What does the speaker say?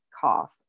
cough